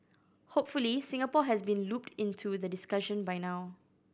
hopefully Singapore has been looped into the discussion by now